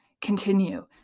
continue